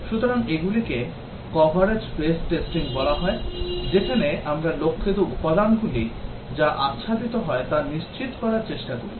সুতরাং এগুলিকে coverage base testing বলা হয় যেখানে আমরা লক্ষিত উপাদানগুলি যাতে আচ্ছাদিত হয় তা নিশ্চিত করার চেষ্টা করি